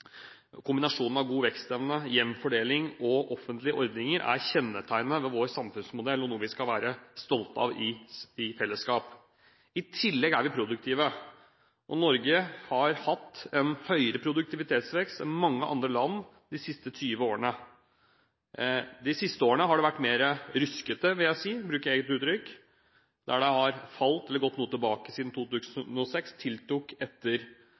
Kombinasjonen av god vekstevne, jevn fordeling og offentlige ordninger er kjennetegn ved vår samfunnsmodell, og er noe som vi skal være stolte av i fellesskap. I tillegg er vi produktive. Norge har hatt en høyere produktivitetsvekst enn mange andre land de siste 20 årene. De siste årene har det vært mer «ruskete», vil jeg si, for å bruke et eget uttrykk. Produktivitetsveksten har falt eller gått noe tilbake siden 2006 – tiltok etter